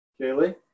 Kaylee